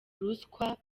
ruswa